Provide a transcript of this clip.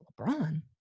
LeBron